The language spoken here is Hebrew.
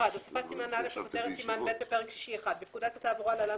"הוספת סימן א' וכותרת סימן ב' בפרק שישי 1 בפקודת התעבורה (להלן,